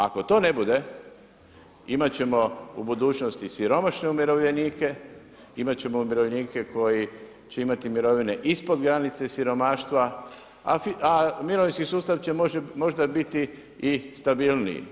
Ako to ne bude, imat ćemo u budućnosti siromašne umirovljenike, imat ćemo umirovljenike koji će imati mirovine ispod granice siromaštva, a mirovinski sustav će možda biti i stabilniji.